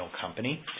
company